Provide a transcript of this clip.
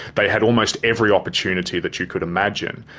they had almost every opportunity that you could imagine.